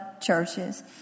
churches